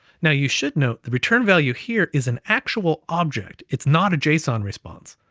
now you should note the return value here is an actual object. it's not a json response.